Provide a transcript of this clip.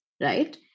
right